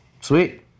Sweet